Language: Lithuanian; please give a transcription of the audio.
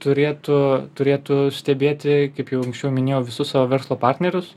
turėtų turėtų stebėti kaip jau anksčiau minėjau visus savo verslo partnerius